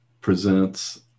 presents